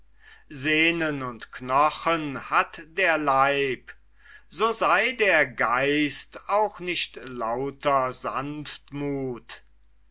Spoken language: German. sehnen und knochen hat der leib so sei der geist auch nicht lauter sanftmuth